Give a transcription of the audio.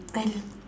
I know